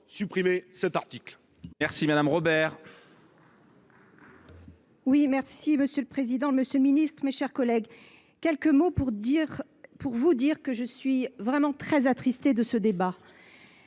supprimer cet article